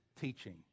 teaching